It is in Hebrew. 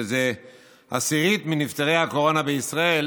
שזה עשירית מנפטרי הקורונה בישראל